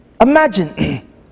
Imagine